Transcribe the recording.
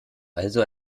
also